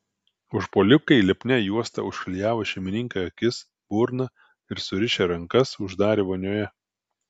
užpuolikai lipnia juosta užklijavo šeimininkei akis burną ir surišę rankas uždarė vonioje